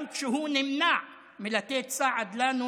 גם כשהוא נמנע מלתת סעד לנו,